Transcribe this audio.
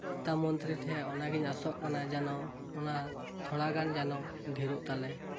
ᱱᱮᱛᱟ ᱢᱚᱱᱛᱨᱤ ᱴᱷᱮᱡ ᱚᱱᱟᱜᱤᱧ ᱟᱥᱚᱜ ᱠᱟᱱᱟ ᱡᱮᱱᱚ ᱚᱱᱟ ᱛᱷᱚᱲᱟᱜᱟᱱ ᱡᱮᱱᱚ ᱰᱷᱮᱨᱚᱜ ᱛᱟᱞᱮ